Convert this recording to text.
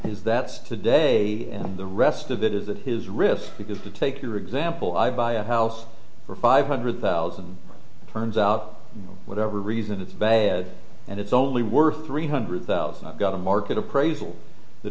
is that today and the rest of it is that his risk because to take your example i buy a house for five hundred thousand turns out whatever reason it's bad and it's only worth three hundred thousand i've got a market appraisal that